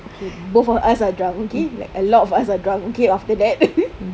okay both of us are drunk okay like a lot of us are drunk okay after that